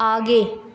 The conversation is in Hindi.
आगे